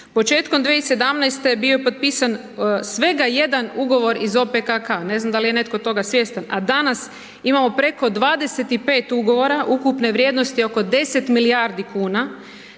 Početkom 2017. bio je potpisan svega jedan ugovor iz OPKK, ne znam da li je netko toga svjestan a danas imamo preko 25 ugovora ukupne vrijednosti oko 10 milijardi kuna,